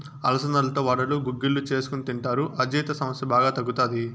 అలసందలతో వడలు, గుగ్గిళ్ళు చేసుకొని తింటారు, అజీర్తి సమస్య బాగా తగ్గుతాది